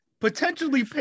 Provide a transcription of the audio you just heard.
Potentially